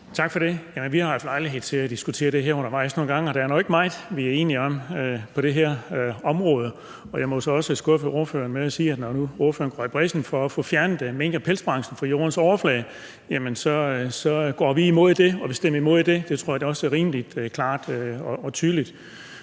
Tak for det. Vi har haft lejlighed til nogle gange at diskutere det her undervejs, og der er ikke meget, vi er enige om på det her område. Jeg må så også skuffe ordføreren med at sige, at når nu ordføreren går i brechen for at få fjernet mink i pelsbranchen fra Jordens overflade, så går vi imod det, og vi vil stemme imod det. Det tror jeg også er rimelig klart og tydeligt.